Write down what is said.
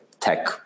tech